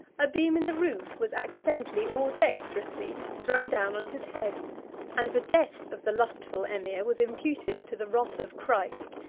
a beam in the roof was accidentally or dexterously thrown down on his head and the death of the lustful emir was imputed to the wrath of christ,